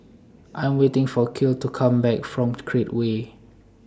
I Am waiting For Kiel to Come Back from Create Way